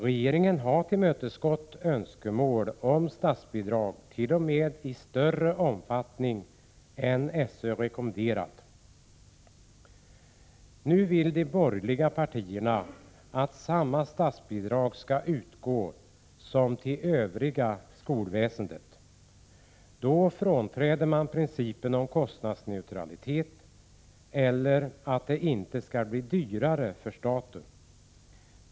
Regeringen har tillmötesgått önskemål om statsbidrag, t.o.m. i större omfattning än SÖ rekommenderat. Nu vill de borgerliga partierna att samma statsbidrag skall utgå som till det övriga skolväsendet. Då frånträder man principen om kostnadsneutralitet eller att det inte skall bli dyrare för staten.